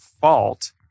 fault